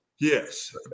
Yes